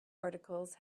articles